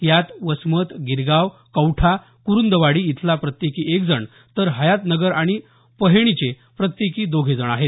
यामध्ये वसमत गिरगाव कौठा कुरूंदवाडी इथला प्रत्येकी एक जण तर हयातनगर आणि पहेणीचे प्रत्येकी दोघे जण आहेत